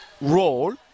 role